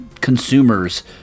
consumers